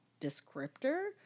descriptor